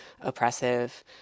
oppressive